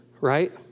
right